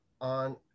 on